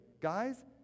guys